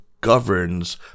governs